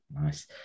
nice